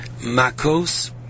makos